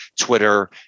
Twitter